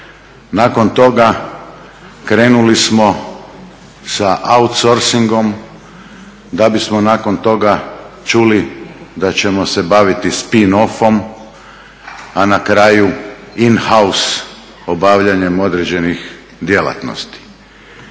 Nakon toga krenuli smo sa outsorcingom da bismo nakon toga čuli da ćemo se baviti spin offom, a na kraju in house obavljanjem određenih djelatnosti.